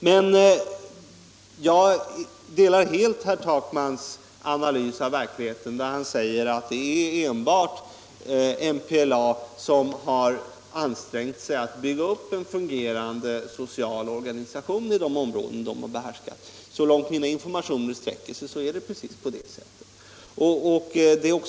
Men jag instämmer helt i herr Takmans analys av verkligheten när han säger att det enbart är MPLA som har ansträngt sig för att bygga upp en fungerande social organisation i de områden som organisationen har behärskat. Så långt mina informationer sträcker sig har jag funnit att det är precis på det sättet.